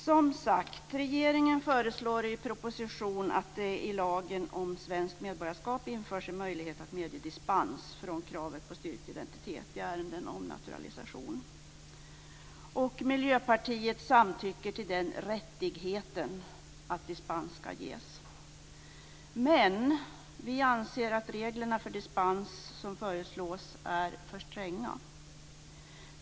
Fru talman! Regeringen föreslår i propositionen att det i lagen om svenskt medborgarskap införs en möjlighet att medge dispens från kravet på styrkt identitet i ärenden om naturalisation. Miljöpartiet samtycker till den rättigheten att dispens skall ges. Men vi anser att de regler för dispens som föreslås är för stränga.